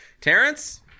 Terrence